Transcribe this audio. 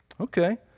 Okay